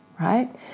right